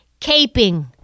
caping